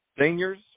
Seniors